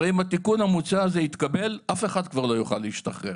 הרי אם התיקון המוצע הזה יתקבל - אף אחד כבר לא יוכל להשתחרר.